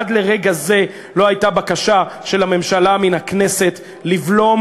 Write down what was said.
עד לרגע זה לא הייתה בקשה של הממשלה מן הכנסת לבלום